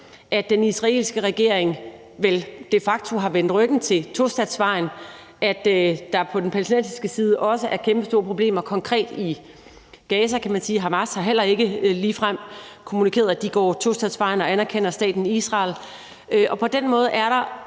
at den israelske regering vel de facto har vendt ryggen til tostatsvejen, og at der på den palæstinensiske side også er kæmpestore problemer, konkret i Gaza, og Hamas har heller ikke ligefrem kommunikeret, at de går tostatsvejen og anerkender staten Israel. Og på den måde er det